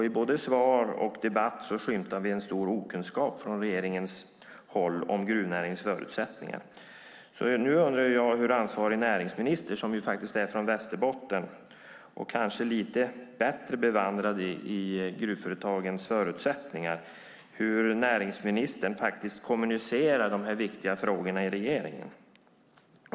I både svar och debatt skymtar vi en stor okunskap från regeringens håll om gruvnäringens förutsättningar. Nu undrar jag hur ansvarig näringsminister, som faktiskt är från Västerbotten och kanske lite bättre bevandrad i gruvföretagens förutsättningar, kommunicerar de här viktiga frågorna i regeringen.